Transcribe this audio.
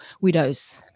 widows